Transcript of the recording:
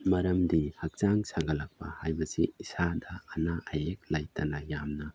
ꯃꯔꯝꯗꯤ ꯍꯛꯆꯥꯡ ꯁꯥꯒꯠꯂꯛꯄ ꯍꯥꯏꯕꯁꯤ ꯏꯁꯥꯗ ꯑꯅꯥ ꯑꯌꯦꯛ ꯂꯩꯇꯅ ꯌꯥꯝꯅ